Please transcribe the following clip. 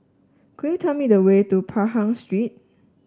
could you tell me the way to Pahang Street